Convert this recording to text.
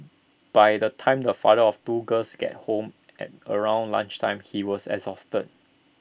by the time the father of two girls gets home at around lunch time he was exhausted